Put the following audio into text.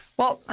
well, ah